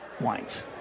wines